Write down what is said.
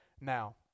Now